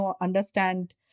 understand